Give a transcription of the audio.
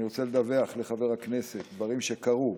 אני רוצה לדווח לחבר הכנסת על דברים שקרו,